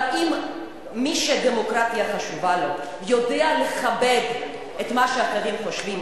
אבל אם מי שהדמוקרטיה חשובה לו יודע לכבד את מה שהאחרים חושבים,